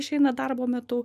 išeina darbo metu